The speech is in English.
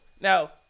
Now